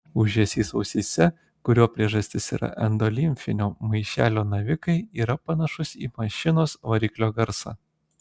ūžesys ausyse kurio priežastis yra endolimfinio maišelio navikai yra panašus į mašinos variklio garsą